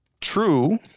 True